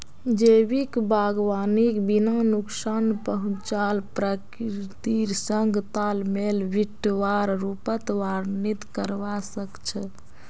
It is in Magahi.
जैविक बागवानीक बिना नुकसान पहुंचाल प्रकृतिर संग तालमेल बिठव्वार रूपत वर्णित करवा स ख छ